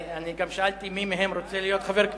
גם שאלתי מי מהם רוצה להיות חבר,